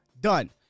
done